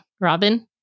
Robin